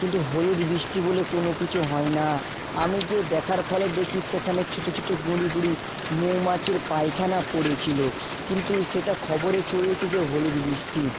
কিন্তু হলুদ বৃষ্টি বলে কোনও কিছু হয় না আমি গিয়ে দেখার ফলে দেখি সেখানে ছোট ছোট গুঁড়ি গুঁড়ি মৌমাছির পায়খানা পড়ে ছিল কিন্তু সেটা খবরে ছড়িয়েছে যে হলুদ বৃষ্টি